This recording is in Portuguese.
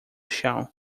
chão